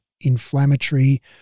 inflammatory